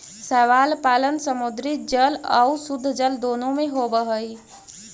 शैवाल पालन समुद्री जल आउ शुद्धजल दोनों में होब हई